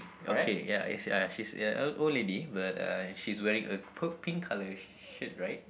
okay ya is ya she's a a old lady but uh she's wearing a pur~ pink colour shirt right